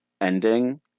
ending